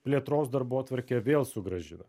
plėtros darbotvarkę vėl sugrąžina